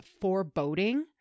foreboding